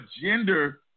gender